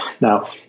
Now